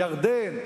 ירדן?